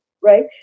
right